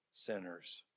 sinners